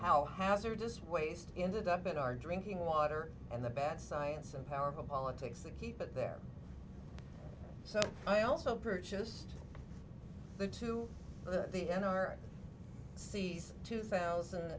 how hazardous waste ended up in our drinking water and the bad science and powerful politics that keep it there so i also purchased the two the n r c s two thousand